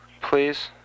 Please